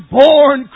born